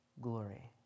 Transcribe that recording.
glory